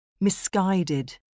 Misguided